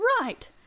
Right